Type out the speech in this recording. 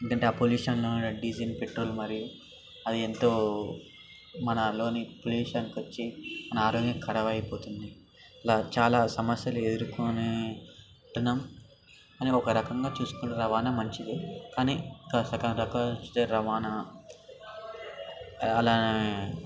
ఎందుకంటే ఆ పొల్యూషన్లో ఉండే డీజిల్ పెట్రోల్ మరి అది ఎంతో మనలోని పొల్యూషన్ వచ్చి మన ఆరోగ్యం ఖరాబ్ అయిపోయింది ఇలా చాలా సమస్యలు ఎదుర్కొనే ఉంటున్నాం కానీ ఒకరకంగా చూసుకుంటే రవాణా మంచిదే కానీ ఇంకోరకంగా చూస్తే రవాణా అలా